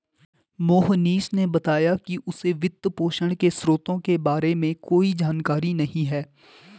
मोहनीश ने बताया कि उसे वित्तपोषण के स्रोतों के बारे में कोई जानकारी नही है